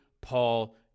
Paul